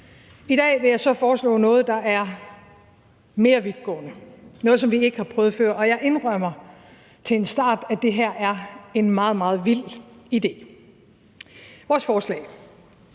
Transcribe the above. I dag vil jeg så foreslå noget, det er mere vidtgående, noget, som vi ikke har prøvet før. Og jeg indrømmer til en start, at det her er en meget, meget vild idé. Vores forslag